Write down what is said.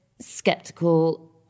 skeptical